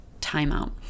timeout